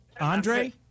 Andre